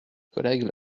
collègue